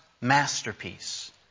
masterpiece